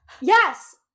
Yes